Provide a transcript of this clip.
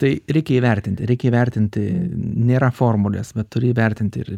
tai reikia įvertinti reikia įvertinti nėra formulės bet turi įvertinti ir